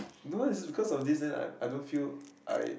no lah is just because of this then I I don't feel I